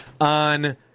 on